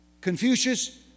Confucius